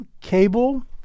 cable